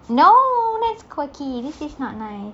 no that's quirky this is not nice